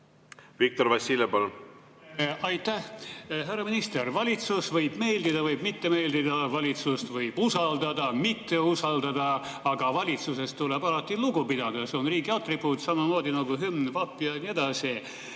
Viktor Vassiljev, palun! Aitäh! Härra minister! Valitsus võib meeldida või mitte meeldida, valitsust võib usaldada või mitte usaldada, aga valitsusest tuleb alati lugu pidada. See on riigi atribuut samamoodi nagu hümn, vapp ja nii edasi.